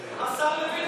השר לוין,